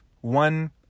one